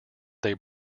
they